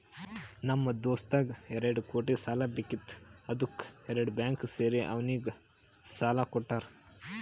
ನಮ್ ದೋಸ್ತಗ್ ಎರಡು ಕೋಟಿ ಸಾಲಾ ಬೇಕಿತ್ತು ಅದ್ದುಕ್ ಎರಡು ಬ್ಯಾಂಕ್ ಸೇರಿ ಅವ್ನಿಗ ಸಾಲಾ ಕೊಟ್ಟಾರ್